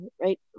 right